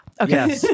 Okay